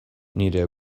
nire